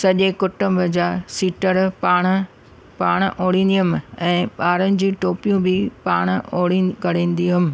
सॼे कुटुंब जा स्वेटर पाण पाण उणिंदी हुयमि ऐं ॿारनि जूं टोपियूं बि पाण उणी करंदी हुयमि